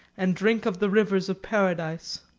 and drink of the rivers, of paradise.